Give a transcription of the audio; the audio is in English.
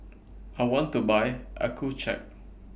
I want to Buy Accucheck